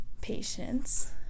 patience